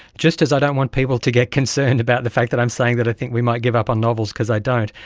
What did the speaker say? just as i don't want people to get concerned about the fact that i'm saying that i think we might give up on novels, because i don't,